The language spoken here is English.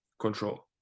control